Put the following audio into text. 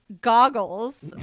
goggles